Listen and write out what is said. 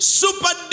super